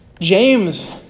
James